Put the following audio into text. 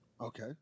Okay